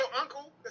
uncle